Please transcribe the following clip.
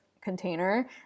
container